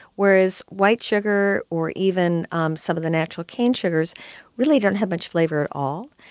whereas white sugar or even um some of the natural cane sugars really don't have much flavor at all.